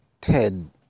Ted